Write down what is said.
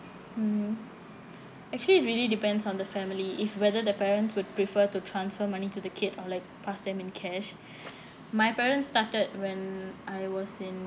mm actually it really depends on the family if whether the parents would prefer to transfer money to the kid or like past them in cash my parents started when I was in